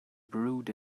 brewed